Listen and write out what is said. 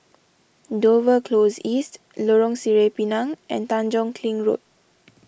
Dover Close East Lorong Sireh Pinang and Tanjong Kling Road